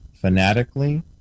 fanatically